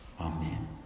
Amen